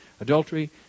Adultery